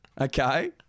Okay